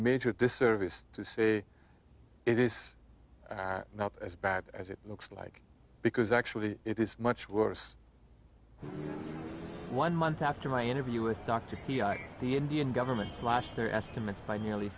major disservice to say it is not as bad as it looks like because actually it is much worse one month after my interview with dr the indian government slashed their estimates by nearly